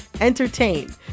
entertain